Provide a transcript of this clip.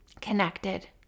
connected